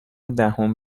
دهم